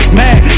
mad